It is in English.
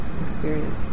experience